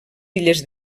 illes